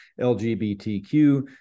LGBTQ